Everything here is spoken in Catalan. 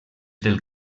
del